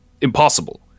impossible